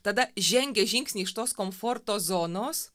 tada žengia žingsnį iš tos komforto zonos